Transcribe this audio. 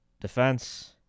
defense